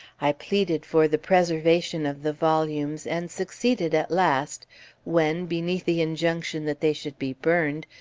i pleaded for the preservation of the volumes, and succeeded at last when, beneath the injunction that they should be burned,